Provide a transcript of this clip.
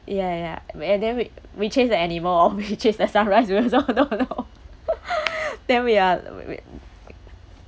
ya ya we and then we we chased the animal or we chased the sunrise also don't know then we are we we